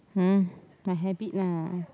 hmm my habit lah